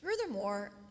Furthermore